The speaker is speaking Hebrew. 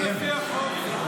גם לפי החוק,